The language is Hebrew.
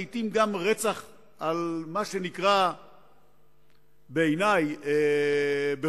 לעתים גם רצח על מה שנקרא בעיני בחומרה